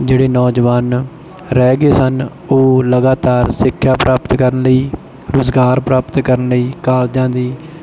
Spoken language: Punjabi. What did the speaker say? ਜਿਹੜੇ ਨੌਜਵਾਨ ਰਹਿ ਗਏ ਸਨ ਉਹ ਲਗਾਤਾਰ ਸਿੱਖਿਆ ਪ੍ਰਾਪਤ ਕਰਨ ਲਈ ਰੁਜ਼ਗਾਰ ਪ੍ਰਾਪਤ ਕਰਨ ਲਈ ਕਾਲਜਾਂ ਦੀ